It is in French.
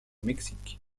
mexique